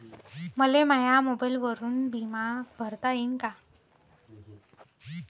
मले माया मोबाईलवरून बिमा भरता येईन का?